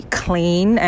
clean